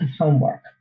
homework